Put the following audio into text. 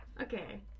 Okay